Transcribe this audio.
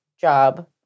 job